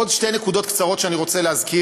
עוד שתי נקודות קצרות שאני רוצה להזכיר,